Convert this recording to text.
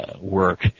work